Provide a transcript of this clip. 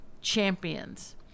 champions